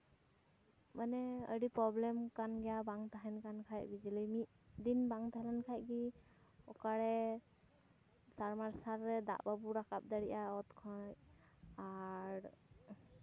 ᱢᱟᱱᱮ ᱟᱹᱰᱤ ᱯᱨᱚᱵᱞᱮᱢ ᱠᱟᱱ ᱜᱮᱭᱟ ᱵᱟᱝ ᱛᱟᱦᱮᱱ ᱠᱟᱱ ᱠᱷᱟᱡ ᱵᱤᱡᱽᱞᱤ ᱢᱤᱫᱫᱤᱱ ᱵᱟᱝ ᱛᱟᱦᱮᱸ ᱞᱮᱱᱠᱷᱟᱡ ᱜᱮ ᱚᱠᱟᱨᱮ ᱥᱟᱵᱽᱢᱟᱨᱥᱟᱞ ᱨᱮ ᱫᱟᱜ ᱵᱟᱵᱚ ᱨᱟᱠᱟᱵ ᱫᱟᱲᱮᱭᱟᱜᱼᱟ ᱚᱛ ᱠᱷᱚᱱ ᱟᱨ